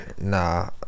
Nah